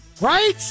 Right